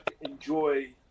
enjoy